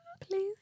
please